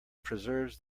preserves